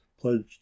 pledged